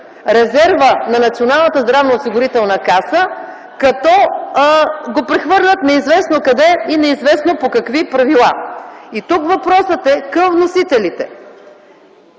резерва на Националната здравноосигурителна каса като го прехвърлят неизвестно къде и неизвестно по какви правила. Тук въпросът е към вносителите: